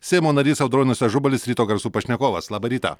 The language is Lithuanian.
seimo narys audronius ažubalis ryto garsų pašnekovas labą rytą